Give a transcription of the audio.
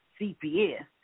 CPS